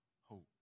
hope